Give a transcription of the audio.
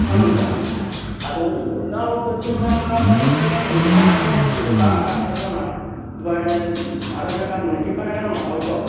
ᱦᱚᱸᱜᱼᱚᱭ ᱱᱚᱝᱠᱟ ᱞᱮᱠᱟ ᱟᱫᱚ ᱱᱤᱛᱚᱜ ᱫᱚ ᱟᱵᱚ ᱯᱚᱪᱷᱤᱢ ᱵᱚᱝᱜᱞᱟ ᱯᱚᱱᱚᱛ ᱨᱮᱫᱚ ᱱᱚᱝᱠᱟ ᱠᱚ ᱜᱚᱴᱟ ᱟᱠᱟᱫ ᱛᱟᱵᱚᱱᱟ ᱟᱵᱚᱨᱮᱱ ᱵᱷᱟᱨᱚᱛ ᱡᱟᱠᱟᱛ ᱢᱟᱺᱡᱷᱤ ᱯᱟᱨᱜᱟᱱᱟ ᱢᱚᱦᱚᱞ ᱠᱚ